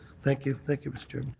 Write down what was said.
thank you. thank you, mr.